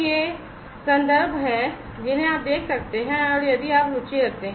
ये संदर्भ हैं जिन्हें आप देख सकते हैं यदि आप रुचि रखते हैं